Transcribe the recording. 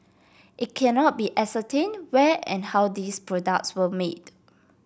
it cannot be ascertained where and how these products were made